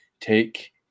take